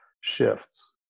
shifts